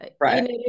Right